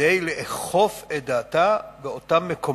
כדי לאכוף את דעתה במקומות